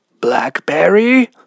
Blackberry